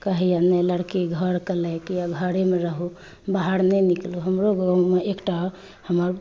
कहैए नहि लड़की घरके लाइक अइ घरेमे रहू बाहर नहि निकलू हमरो गाममे एकटा हमर